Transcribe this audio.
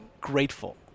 grateful